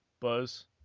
Buzz